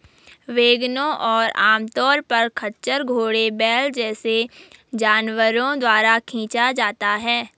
वैगनों को आमतौर पर खच्चर, घोड़े, बैल जैसे जानवरों द्वारा खींचा जाता है